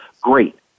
great